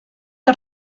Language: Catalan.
que